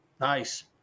Nice